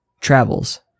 travels